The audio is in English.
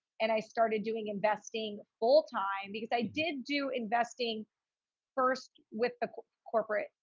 and i started doing investing full time because i did do investing first with the corporate,